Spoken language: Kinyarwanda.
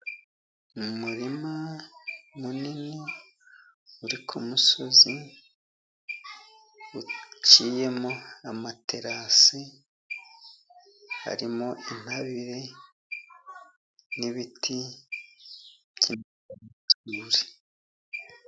Umurima munini uri ku musozi, uciyemo amaterasi harimo intabire n'ibiti.